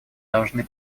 должны